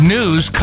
News